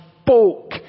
spoke